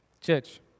Church